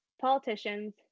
politicians